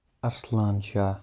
Arsalan Shah